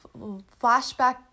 flashback